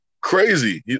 crazy